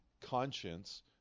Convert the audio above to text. conscience